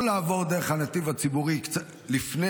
או לעבור דרך הנתיב הציבורי קצת לפני